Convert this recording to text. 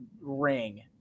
ring